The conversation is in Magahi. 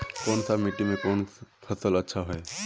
कोन सा मिट्टी में कोन फसल अच्छा होय है?